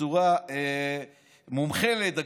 מומחה לדגים,